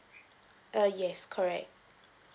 uh yes correct